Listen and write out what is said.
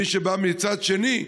מי שבא מצד שני,